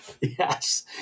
Yes